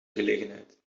gelegenheid